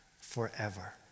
forever